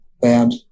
band